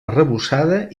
arrebossada